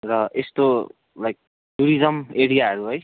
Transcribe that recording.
र यस्तो like tourism एरियाहरू है